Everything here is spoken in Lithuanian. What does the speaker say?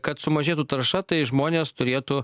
kad sumažėtų tarša tai žmonės turėtų